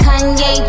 Kanye